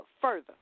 further